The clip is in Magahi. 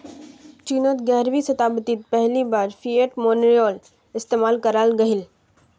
चिनोत ग्यारहवीं शाताब्दित पहली बार फ़िएट मोनेय्र इस्तेमाल कराल गहिल